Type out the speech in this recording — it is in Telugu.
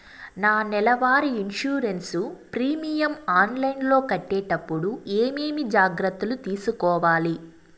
నా నెల వారి ఇన్సూరెన్సు ప్రీమియం ఆన్లైన్లో కట్టేటప్పుడు ఏమేమి జాగ్రత్త లు తీసుకోవాలి?